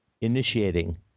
initiating